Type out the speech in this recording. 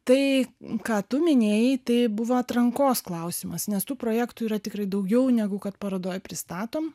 tai ką tu minėjai tai buvo atrankos klausimas nes tų projektų yra tikrai daugiau negu kad parodoj pristatom